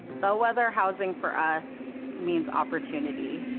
bellwether housing for us means opportunity.